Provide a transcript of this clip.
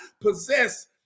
possess